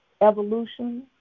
evolution